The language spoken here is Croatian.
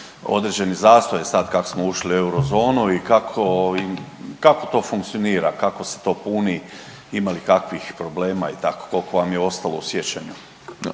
određenih zastoja sad kako smo ušli u eurozonu i kako to funkcionira, kako se to puni? Ima li kakvih problema i tako koliko vam je ostalo u sjećanju?